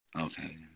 Okay